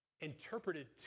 interpreted